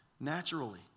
naturally